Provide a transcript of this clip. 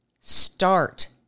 start